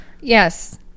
yes